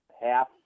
Half